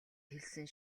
хэлсэн